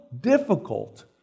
difficult